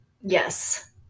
Yes